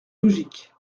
logique